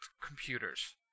computers